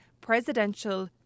presidential